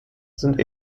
sind